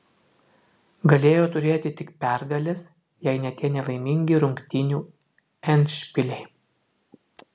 galėjo turėti tik pergales jei ne tie nelaimingi rungtynių endšpiliai